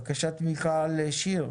בקשת מיכל שיר,